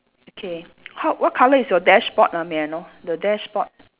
okay h~ what colour is your dashboard ah may I know the dashboard